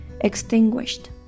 extinguished